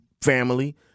family